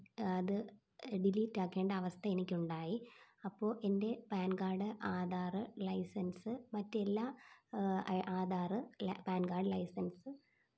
അത് ഡിലീറ്റാക്കേണ്ട അവസ്ഥ എനിക്കുണ്ടായി അപ്പോൾ എൻ്റെ പാൻ കാഡ് ആധാറ് ലൈസൻസ് മറ്റെല്ലാ ആധാറ് പാൻ കാഡ് ലൈസൻസ്